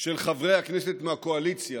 חברי הכנסת מהקואליציה